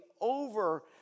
over